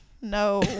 no